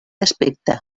aspecte